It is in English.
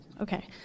Okay